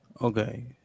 Okay